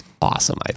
awesome